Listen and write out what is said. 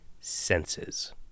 senses